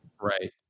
Right